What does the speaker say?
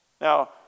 Now